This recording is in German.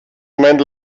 moment